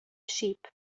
sheep